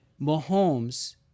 Mahomes